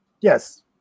Yes